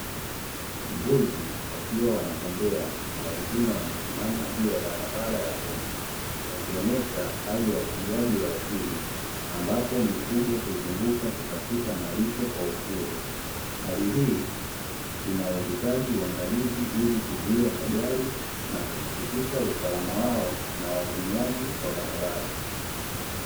Mbuzi wakiwa wanatembea na wengine wamesismama juu ya barabara ya vumbi waakionyesha hali ya ufugaji wa asili, ambapo mifugo huzunguka kutafuta malisho kwa uhuru. Hali hii inayohitaji uangalizi, ili kuzuia ajali kuhakikisha usalama wao na watumiaji wa barabara.